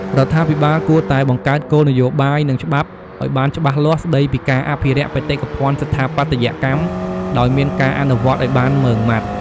រដ្ឋាភិបាលគួរតែបង្កើតគោលនយោបាយ និងច្បាប់ឱ្យបានច្បាស់លាស់ស្តីពីការអភិរក្សបេតិកភណ្ឌស្ថាបត្យកម្ម ដោយមានការអនុវត្តឱ្យបានម៉ឺងម៉ាត់។